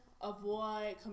avoid